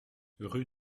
rue